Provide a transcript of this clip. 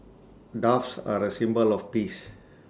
doves are A symbol of peace